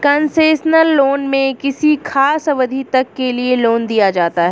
concessional loan में किसी खास अवधि तक के लिए लोन दिया जाता है